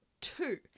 Two